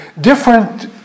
different